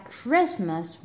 Christmas